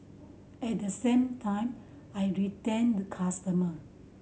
at the same time I retain the customer